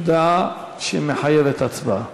הודעה שמחייבת הצבעה.